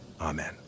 amen